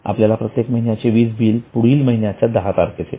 आपल्याला प्रत्येक महिन्याचे वीज बिल पुढील महिन्याचा दहा तारखेस येते